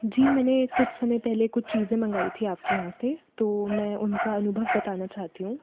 जी मैंने कुछ समय पहले कुछ चीज़े मंगाई थी आपके यहाँ से तो मैं उनका अनुभव बताना चाहती हूँ